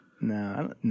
No